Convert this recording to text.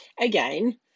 again